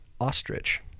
ostrich